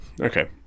Okay